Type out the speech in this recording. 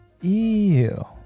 Ew